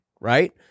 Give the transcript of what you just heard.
Right